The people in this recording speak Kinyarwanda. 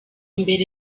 mbere